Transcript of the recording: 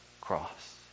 cross